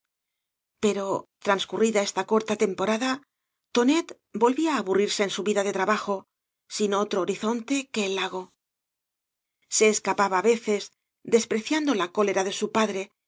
pero transcurrida esta corta temporada tonet volvía á aburrirse en su vida de trabajo sin otro horizonte que el lago se escapaba á veces despreciando ia colora de bu padre